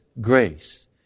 grace